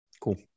Cool